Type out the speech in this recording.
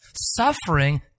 Suffering